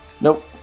Nope